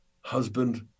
Husband